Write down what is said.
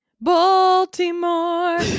baltimore